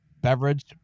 beverage